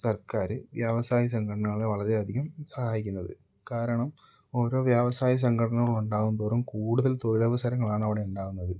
സർക്കാർ വ്യവസായ സംഘടനകളെ വളരെ അധികം സഹായിക്കുന്നത് കാരണം ഓരോ വ്യാവസായ സംഘടനകളുണ്ടാവുംതോറും കൂടുതൽ തൊഴിലവസരങ്ങളാണ് അവിടെ ഉണ്ടാവുന്നത്